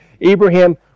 Abraham